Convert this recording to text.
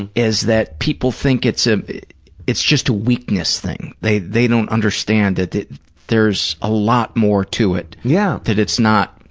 and is that people think it's ah it's just a weakness thing. they they don't understand that that there's a lot more to it kevin yeah. that it's not,